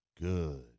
Good